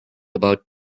about